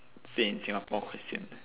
stay in singapore quite sian